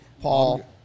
Paul